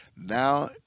Now